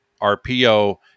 RPO